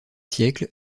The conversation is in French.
siècles